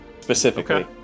Specifically